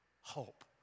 hope